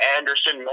Anderson